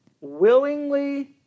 willingly